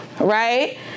right